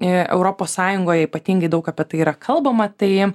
ir europos sąjungoje ypatingai daug apie tai yra kalbama tai